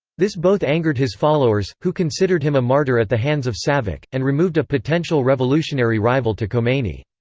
this both angered his followers, who considered him a martyr at the hands of savak, and removed a potential revolutionary rival to khomeini.